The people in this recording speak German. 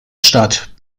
stadt